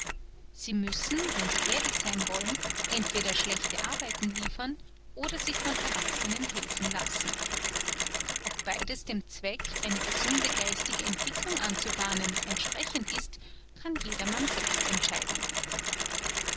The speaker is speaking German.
sie müssen wenn sie ehrlich sein wollen entweder schlechte arbeiten liefern oder sich von erwachsenen helfen lassen ob beides dem zweck eine gesunde geistige entwicklung anzubahnen entsprechend ist kann jedermann selbst entscheiden